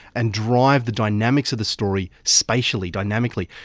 and drive the dynamics of the story spatially, dynamically,